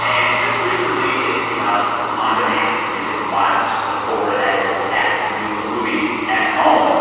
and just recently, it came out on demand, so you can watch the horror that is cats the musical movie at home